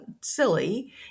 silly